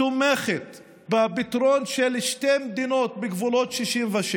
תומכת בפתרון של שתי מדינות בגבולות 67',